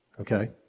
okay